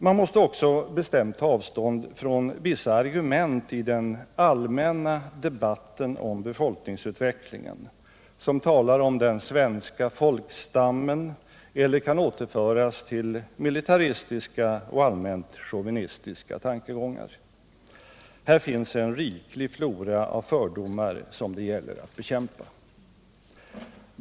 Man måste också bestämt ta avstånd från vissa argument i den allmänna debatten om befolkningsutvecklingen som talar om den svenska folkstammen eller kan återföras till militaristiska och allmänt chauvinistiska tankegångar. Här finns en riklig flora av fördomar som det gäller att bekämpa.